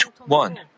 one